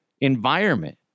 environment